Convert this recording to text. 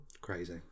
crazy